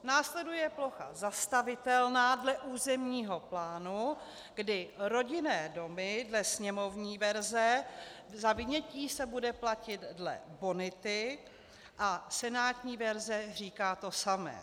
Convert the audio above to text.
Následuje plocha zastavitelná dle územního plánu, kdy rodinné domy dle sněmovní verze za vynětí se bude platit dle bonity a senátní verze říká to samé.